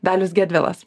dalius gedvilas